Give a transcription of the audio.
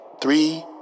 Three